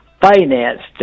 financed